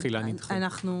תחילה נדחה.